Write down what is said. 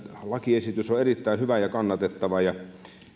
lakiesitys on erittäin hyvä ja kannatettava